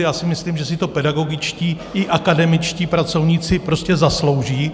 Já si myslím, že si to pedagogičtí i akademičtí pracovníci prostě zaslouží.